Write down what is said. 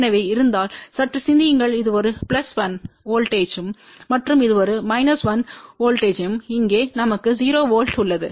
எனவே இருந்தால் சற்று சிந்தியுங்கள் இது ஒரு பிளஸ் 1 வோல்ட்டேஜ்தம் மற்றும் இது ஒரு மைனஸ் 1 வோல்ட்டேஜ்தம் இங்கே நமக்கு 0 வோல்ட் உள்ளது